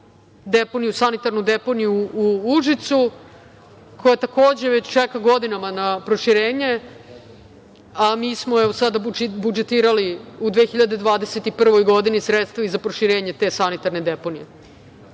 sanitarnu deponiju u Užicu, koja takođe već čeka godinama na proširenje, a mi smo evo sada budžetirali u 2021. godini sredstva i za proširenje te sanitarne deponije.